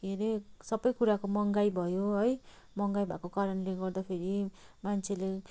के अरे सबै कुराको महँगाइ भयो है महँगाइ भएको कारणले गर्दाखेरि मान्छेले